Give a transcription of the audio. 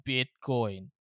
Bitcoin